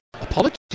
apologies